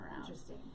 Interesting